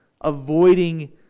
Avoiding